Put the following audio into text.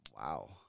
Wow